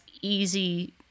easy